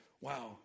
wow